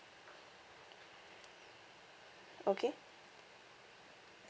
okay